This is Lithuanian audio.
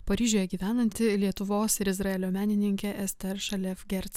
paryžiuje gyvenanti lietuvos ir izraelio menininkė ester šalevgerc